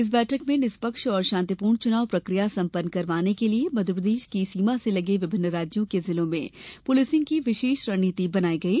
इस बैठक में निष्पक्ष और शांतिपूर्ण चुनाव प्रक्रिया संपन्न करवाने के लिये मध्यप्रदेश की सीमा से लगे विभिन्न राज्यों के जिलों में पुलिसिंग की विशेष रणनीति बनायी गयी